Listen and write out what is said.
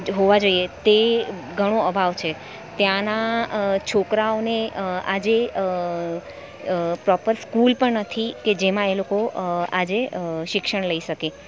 હોવા જોઈએ તે ઘણો અભાવ છે ત્યાંનાં છોકરાઓને આજે પ્રોપર સ્કૂલ પણ નથી કે જેમાં એ લોકો આજે શિક્ષણ લઇ શકે